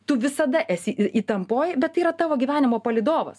tu visada esi įtampoj bet tai yra tavo gyvenimo palydovas